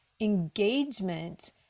engagement